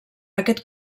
aquest